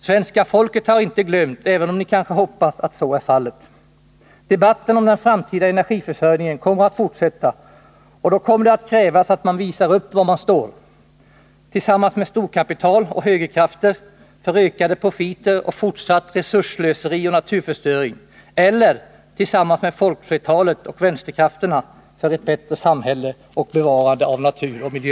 Svenska folket har inte glömt, även om ni kanske hoppas och tror att så är fallet. Debatten om den framtida energiförsörj ningen kommer att fortsätta, och då kommer det att krävas att man visar var man står — tillsammans med storkapitalet och högerkrafterna, för ökade profiter, fortsatt resursslöseri och naturförstöring, eller tillsammans med folkflertalet och vänsterkrafterna för ett bättre samhälle och bevarande av natur och miljö.